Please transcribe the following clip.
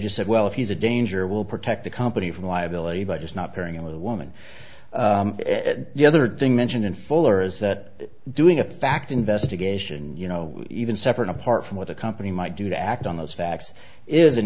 just said well if he's a danger will protect the company from liability by just not hearing a woman the other thing mentioned in full or is that doing a fact investigation you know even separate apart from what a company might do to act on those facts is an